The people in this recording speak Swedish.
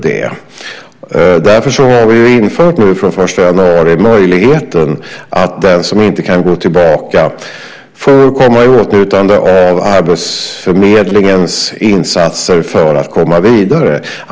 Därför har vi, och detta gäller sedan den 1 januari, infört möjligheten att den som inte kan gå tillbaka får komma i åtnjutande av arbetsförmedlingens insatser för att komma vidare.